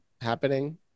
happening